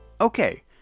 Okay